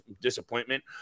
disappointment